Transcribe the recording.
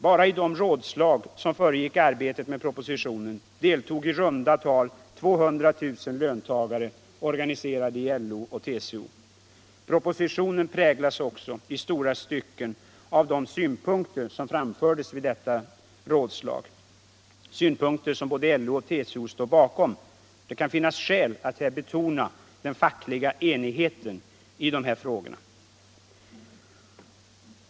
Bara i de rådslag som föregick arbetet med propositionen deltog i runda tal 200 000 löntagare organiserade i LO och TCO. Propositionen präglas också i stora stycken av de synpunkter som framfördes vid dessa rådslag — synpunkter som både LO och TCO står bakom. Det kan finnas skäl att här betona den fackliga enigheten i de här frågorna.